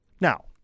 Now